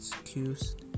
excused